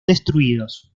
destruidos